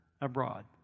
abroad